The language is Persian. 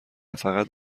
فقط